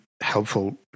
helpful